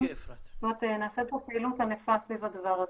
זאת אומרת נעשית פה פעילות ענפה סביב הדבר הזה.